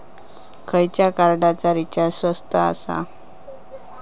खयच्या कार्डचा रिचार्ज स्वस्त आसा?